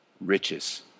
riches